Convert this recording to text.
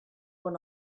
one